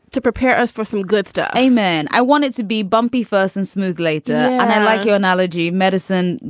to prepare us for some good stuff a man i want it to be bumpy first and smooth later. i like your analogy. medicine.